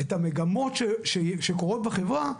את המגמות שקורות בחברה,